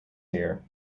here